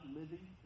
living